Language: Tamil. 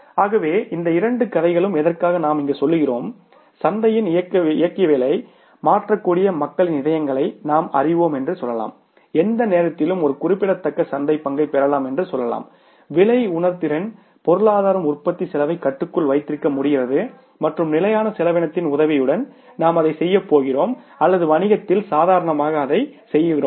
ஆகவே இந்த இரண்டு கதைகளும் எதற்காக நாம் இங்கு சொல்கிறோம் சந்தையின் இயக்கவியலை மாற்றக்கூடிய மக்களின் இதயங்களை நாங்கள் அறிவோம் என்று சொல்லலாம் எந்த நேரத்திலும் ஒரு குறிப்பிடத்தக்க சந்தைப் பங்கைப் பெறலாம் என்று சொல்லலாம் விலை உணர்திறன் பொருளாதாரம் உற்பத்தி செலவைக் கட்டுக்குள் வைத்திருக்க முடிகிறது மற்றும் நிலையான செலவினத்தின் உதவியுடன் நாம் அதைச் செய்யப் போகிறோம் அல்லது வணிகத்தில் சாதாரணமாக அதைச் செய்கிறோம்